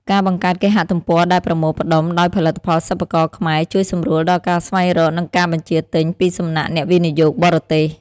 ការបង្កើតគេហទំព័រដែលប្រមូលផ្ដុំដោយផលិតផលសិប្បករខ្មែរ ជួយសម្រួលដល់ការស្វែងរក និងការបញ្ជាទិញពីសំណាក់អ្នកវិនិយោគបរទេស។